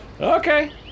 Okay